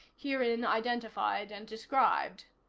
herein identified and described.